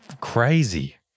crazy